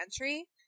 entry